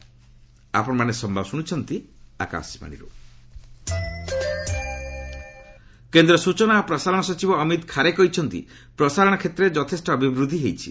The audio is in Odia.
ବ୍ରଡ୍କାଷ୍ଟିଂ କେନ୍ଦ୍ର ସୂଚନା ଓ ପ୍ରସାରଣ ସଚିବ ଅମିତ ଖାରେ କହିଛନ୍ତି ପ୍ରସାରଣ କ୍ଷେତ୍ରରେ ଯଥେଷ୍ଟ ଅଭିବୃଦ୍ଧି ହୋଇଛି